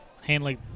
Hanley